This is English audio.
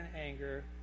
anger